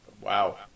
Wow